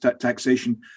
taxation